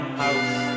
house